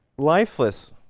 lifeless